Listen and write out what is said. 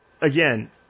again